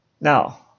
Now